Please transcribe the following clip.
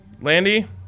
Landy